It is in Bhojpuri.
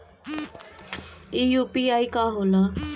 ई यू.पी.आई का होला?